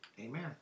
amen